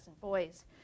boys